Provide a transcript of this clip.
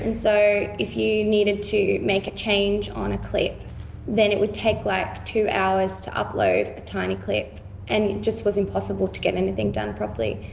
and so if you needed to make a change on a clip then it would take like two hours to upload a tiny clip and it just was impossible to get anything done properly.